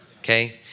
Okay